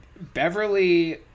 Beverly